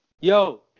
yo